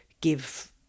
give